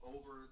Over